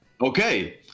Okay